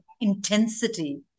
intensity